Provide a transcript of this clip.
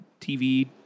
TV